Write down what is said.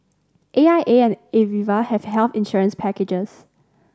A I A and Aviva have health insurance packages